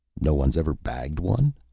no one's ever bagged one?